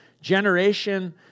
generation